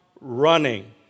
running